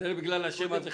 כנראה בגלל השם הזה חטפת.